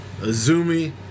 Azumi